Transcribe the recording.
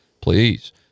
Please